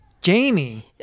Jamie